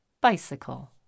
Bicycle